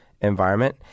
environment